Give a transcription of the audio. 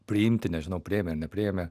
priimti nežinau priėmė ar nepriėmė